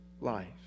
life